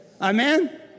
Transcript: Amen